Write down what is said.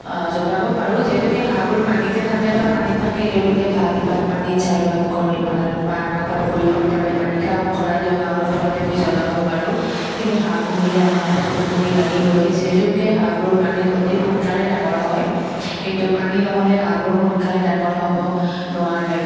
জগাব পাৰোঁ যিহেতুকে হাঁহাবোৰ পানীতে থাকে বা পানীত থাকে তেওঁলোকে ভালপায় পানীত চাৰ্ভাইভ কৰি ভাল কৰিব পাৰে বাৰিষা হওক খৰালি হওক হাঁহৰ পোৱালি আমি জগাব পাৰোঁ কিন্তু হাঁহ পুহিলে আমাক এটা পুখুৰী লাগিবই যিহেতুকে হাঁহাবোৰ পানীত অতি সোনকালে ডাঙৰ হয় কিন্তু পানী নহ'লে হাঁহাবোৰ সোনকালে ডাঙৰ নহ'ব নোৱাৰে